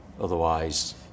otherwise